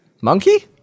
Monkey